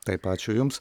taip ačiū jums